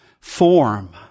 form